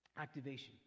Activation